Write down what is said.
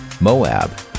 Moab